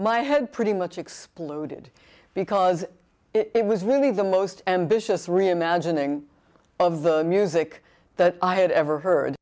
my head pretty much exploded because it was really the most ambitious reimagining of the music that i had ever heard